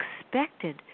expected